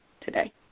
today